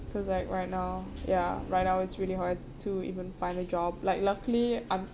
because like right now ya right now it's really hard to even find a job like luckily I'm